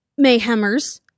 Mayhemers